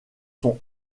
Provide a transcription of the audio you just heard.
sont